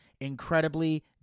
incredibly